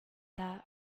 that